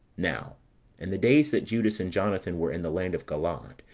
now in the days that judas and jonathan were in the land of galaad,